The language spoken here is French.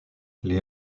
les